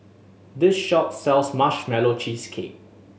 this shop sells Marshmallow Cheesecake